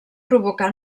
provocà